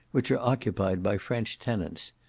which are occupied by french tenants.